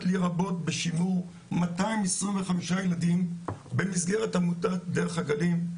לי רבות בשימור 225 ילדים במסגרת עמותת דרך הגלים.